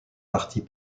partis